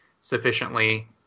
sufficiently